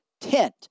tent